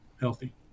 healthy